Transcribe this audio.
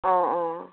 অঁ অঁ